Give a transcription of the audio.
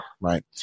Right